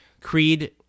Creed